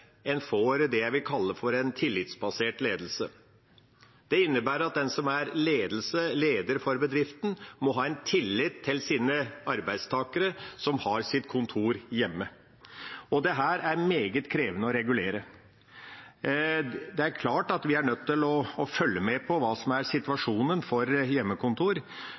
en får det jeg vil kalle for en tillitsbasert ledelse. Det innebærer at den som er leder for bedriften, må ha en tillit til sine arbeidstakere, som har sitt kontor hjemme. Dette er meget krevende å regulere. Det er klart at vi er nødt til å følge med på situasjonen når det gjelder hjemmekontor, og samtidig hele tiden se til at de som har hjemmekontor,